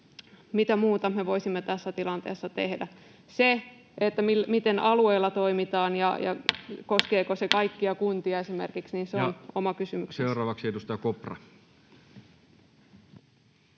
mitä muuta me voisimme tässä tilanteessa tehdä? Se, miten alueilla toimitaan ja koskeeko se kaikkia kuntia esimerkiksi, on oma kysymyksensä. Ja seuraavaksi edustaja Kopra.